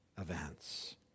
events